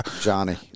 Johnny